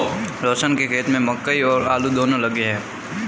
रोशन के खेत में मकई और आलू दोनो लगे हैं